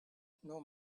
nor